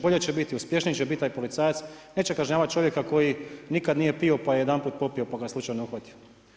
Bolji će biti, uspješniji će biti taj policajac, neće kažnjavati čovjeka koji nikad nije pio pa ga je jedanput popio pa ga je slučajno uhvatio.